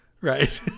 right